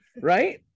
right